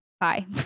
Bye